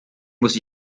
muss